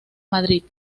madrid